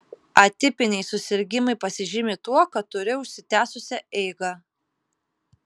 atipiniai susirgimai pasižymi tuo kad turi užsitęsusią eigą